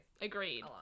agreed